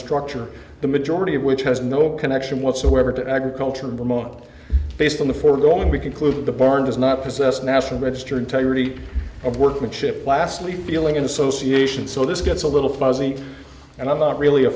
structure the majority of which has no connection whatsoever to agriculture and the mop based on the foregoing we conclude that the barn does not possess national register integrity of workmanship lastly feeling an association so this gets a little fuzzy and i'm not really a